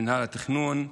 מינהל התכנון,